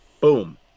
boom